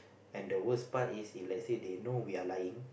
and the worst part is if let's say they know that we are lying